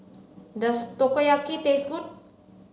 does Takoyaki taste good